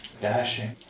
dashing